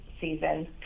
season